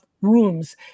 rooms